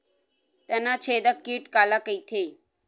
तनाछेदक कीट काला कइथे?